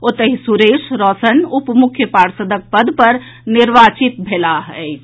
ओतहि सुरेश रौशन उप मुख्य पार्षदक पद पर निर्वाचित भेलाह अछि